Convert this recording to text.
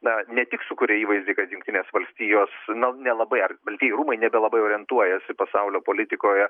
na ne tik sukuria įvaizdį kad jungtinės valstijos na nelabai ar baltieji rūmai nebelabai orientuojasi pasaulio politikoje